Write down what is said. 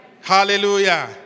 Hallelujah